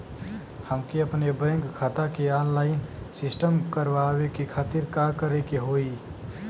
हमके अपने बैंक खाता के ऑनलाइन सिस्टम करवावे के खातिर का करे के होई?